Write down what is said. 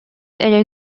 эрэ